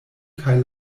kaj